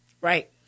Right